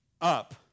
up